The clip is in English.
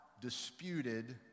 disputed